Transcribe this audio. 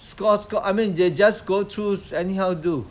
sc~ sc~ I mean they just go through anyhow do